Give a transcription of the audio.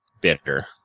bitter